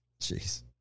Jeez